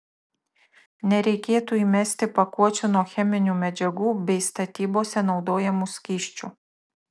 nereikėtų įmesti pakuočių nuo cheminių medžiagų bei statybose naudojamų skysčių